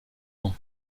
ans